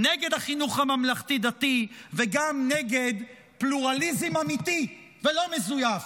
נגד החינוך הממלכתי-דתי וגם נגד פלורליזם אמיתי ולא מזויף,